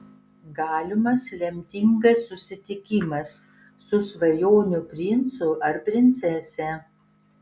galimas lemtingas susitikimas su svajonių princu ar princese